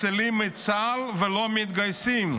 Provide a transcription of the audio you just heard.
מצילים את צה"ל ולא מתגייסים.